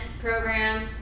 program